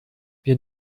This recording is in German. wir